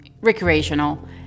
recreational